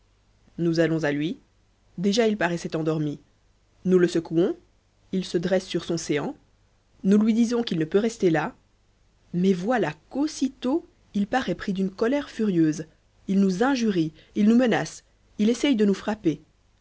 nous allons à lui déjà il paraissait endormi nous le secouons il se dresse sur son séant nous lui disons qu'il ne peut rester là mais voilà qu'aussitôt il paraît pris d'une colère furieuse il nous injurie il nous menace il essaye de nous frapper